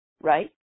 Right